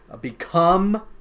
become